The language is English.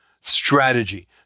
strategy